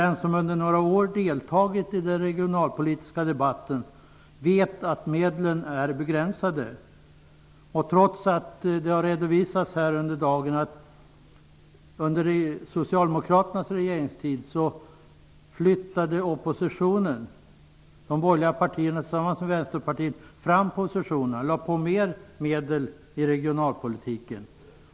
Den som under några år har deltagit i den regionalpolitiska debatten vet att medlen är begränsade. Det är de trots att det under dagen har redovisats att oppositionen -- de borgerliga partierna tillsammans med Vänsterpartiet -- under Socialdemokraternas regeringstid flyttade fram positionerna och fördelade mer medel till regionalpolitiken.